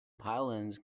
pylons